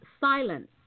silence